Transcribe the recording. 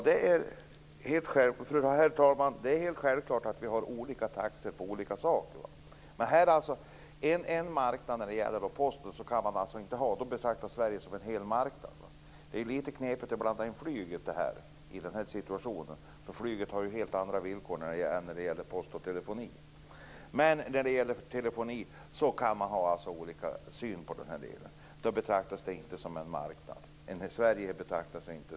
Herr talman! Det är helt självklart att man har olika taxor på olika saker. Men här betraktas Sverige som en hel marknad när det gäller posten - det är litet knepigt att blanda in flyget i den här situationen eftersom flyget har helt andra villkor än post och telefoni - och när det gäller telefoni betraktas det inte som en enda marknad. Man har alltså olika syn på detta.